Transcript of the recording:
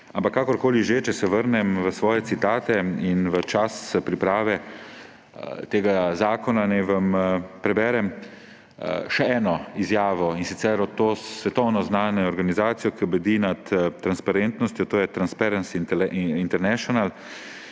Ampak kakorkoli že, če se vrnem v svoje citate in v čas priprave tega zakona, naj vam preberem še eno izjavo, in sicer od svetovno znane organizacije, ki bdi nad transparentnostjo, to je Transparency International,